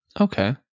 Okay